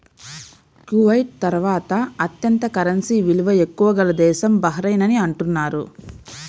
Kuwait తర్వాత అత్యంత currency విలువ ఎక్కువ గల దేశం బహ్రెయిన్ అని అంటున్నారు